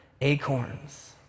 acorns